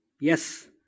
yes